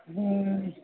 ହୁଁ